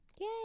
Yay